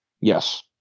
yes